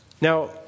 Now